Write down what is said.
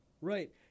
Right